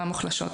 המוחלשות,